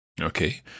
Okay